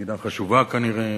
מדינה חשובה, כנראה,